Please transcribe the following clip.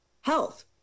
health